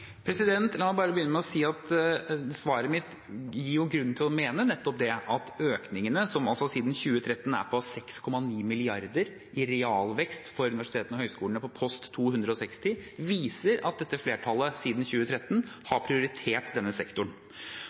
La meg begynne med å si at svaret mitt gir grunn til å mene nettopp det at økningene som siden 2013 er på 6,9 mrd. kr i realvekst for universitetene og høyskolene på kapittel 260, viser at dette flertallet siden 2013 har prioritert denne sektoren.